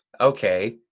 okay